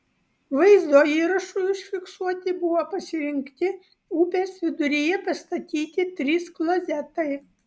vaizdo įrašui užfiksuoti buvo pasirinkti upės viduryje pastatyti trys klozetai